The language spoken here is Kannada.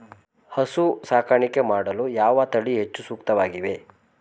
ಹಸು ಸಾಕಾಣಿಕೆ ಮಾಡಲು ಯಾವ ತಳಿ ಹೆಚ್ಚು ಸೂಕ್ತವಾಗಿವೆ?